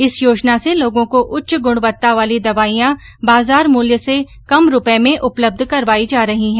इस योजना से लोगों को उच्च गुणवत्ता वाली दवाइयॉ बाजार मूल्य से कम रूपये में उपलब्ध करवाई जा रही हैं